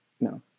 No